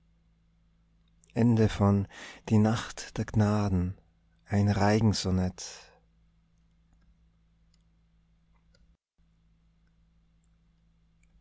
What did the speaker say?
die nacht der gnaden ein reigen sonette